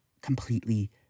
completely